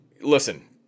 listen